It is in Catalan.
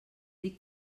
dic